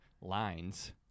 lines